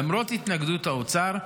למרות התנגדות האוצר,